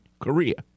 Korea